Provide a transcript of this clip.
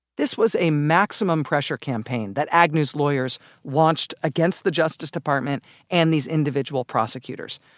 this was a maximum pressure campaign that agnew's lawyers launched against the justice department and these individual prosecutors,